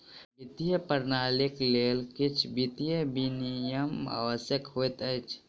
वित्तीय प्रणालीक लेल किछ वित्तीय विनियम आवश्यक होइत अछि